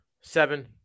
Seven